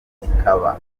ikaba